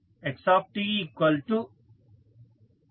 xtx1 x2